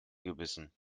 gebissen